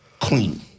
clean